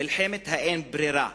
מלחמת האין-ברירה,